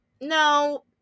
No